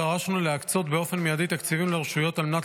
דרשנו להקצות באופן מיידי תקציבים לרשויות על מנת